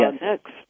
Next